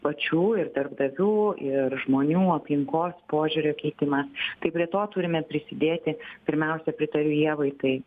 pačių ir darbdavių ir žmonių aplinkos požiūrio keitimas tai prie to turime prisidėti pirmiausia pritariu ievai tai